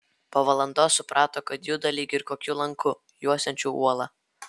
po valandos suprato kad juda lyg ir kokiu lanku juosiančiu uolą